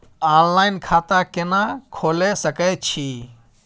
Online खाता केना खोले सकै छी?